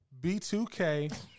B2K